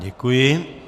Děkuji.